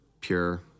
pure